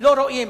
לא רואים.